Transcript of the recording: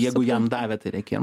jeigu jam davė tai reikėjo